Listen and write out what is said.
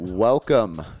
Welcome